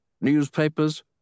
newspapers